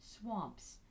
swamps